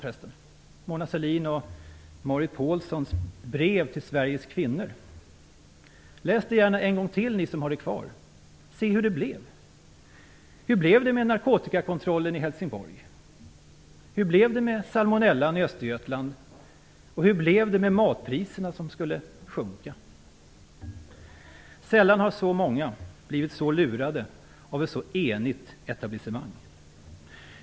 Minns ni Mona Sahlins och Marit Paulsens brev till Sveriges kvinnor? Läs det gärna en gång till ni som har det kvar och se hur det blev. Hur blev det med narkotikakontrollen i Helsingborg? Hur blev det med salmonellan i Östergötland och hur blev det matpriserna som skulle sjunka. Sällan har så många blivit så lurade av ett så enigt etablissemang.